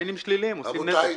וקמפיינים שליליים עושים נזק.